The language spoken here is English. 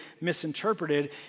misinterpreted